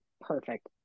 Perfect